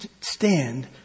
stand